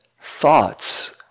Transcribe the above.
thoughts